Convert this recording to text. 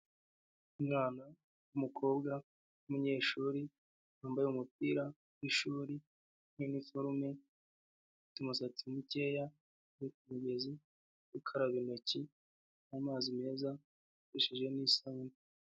Umwana w'umukobwa w'umunyeshuri wambaye umupira w'ishuri n'iniforume, afite umusatsi mukeya ari ku mugezi ari gukaraba intoki n'amazi meza akoresheje n'isabune.